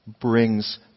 brings